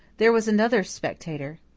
there was another spectator.